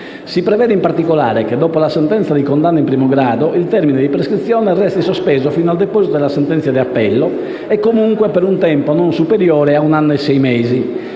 Si prevede, in particolare, che dopo la sentenza di condanna in primo grado il termine di prescrizione resta sospeso fino al deposito della sentenza di appello, e comunque per un tempo non superiore a un anno e sei mesi;